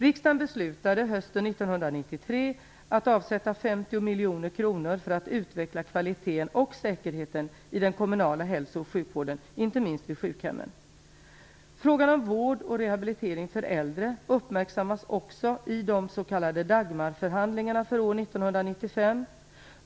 Riksdagen beslutade hösten 1993 att avsätta 50 miljoner kronor för att utveckla kvaliteten och säkerheten i den kommunala hälso och sjukvården, inte minst vid sjukhemmen. Frågan om vård och rehabilitering för äldre uppmärksammas också i de s.k. Dagmarförhandlingarna för år 1995.